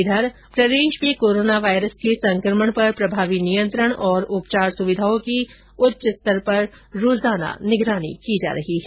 इधर प्रदेष में कोरोना वायरस के संक्रमण पर प्रभावी नियंत्रण और उपचार सुविधाओं की उच्च स्तर पर रोजाना निगरानी की जा रही है